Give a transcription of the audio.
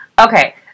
okay